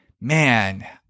Man